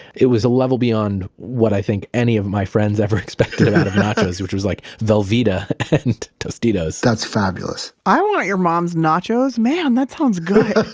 it was a level beyond what i think any of my friends ever expected out of nachos, which was like velveeta and tostitos that's fabulous i want your mom's nachos. man, that sounds good.